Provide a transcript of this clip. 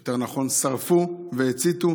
יותר נכון, שרפו והציתו,